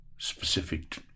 specific